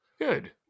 Good